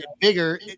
bigger